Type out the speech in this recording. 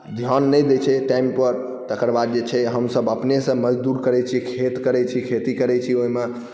धिआन नहि दै छै टाइमपर तकर बाद जे छै हमसब अपनेसँ मजदूर करै छी खेत करै छी खेती करै छी ओहिमे